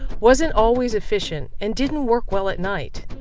wasn't always efficient and didn't work well at night.